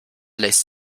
lässt